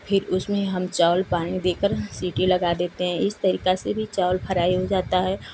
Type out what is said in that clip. फिर उसमें हम चावल पानी देकर सिटी लगा देते हैं इस तरीका से भी चावल फराइ हो जाता है और